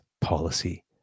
policy